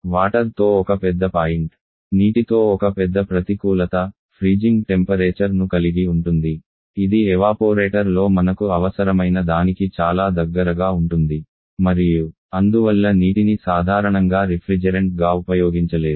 water తో ఒక పెద్ద పాయింట్ నీటితో ఒక పెద్ద ప్రతికూలత ఫ్రీజింగ్ టెంపరేచర్ ను కలిగి ఉంటుంది ఇది ఎవాపోరేటర్ లో మనకు అవసరమైన దానికి చాలా దగ్గరగా ఉంటుంది మరియు అందువల్ల నీటిని సాధారణంగా రిఫ్రిజెరెంట్గా ఉపయోగించలేరు